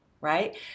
right